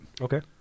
Okay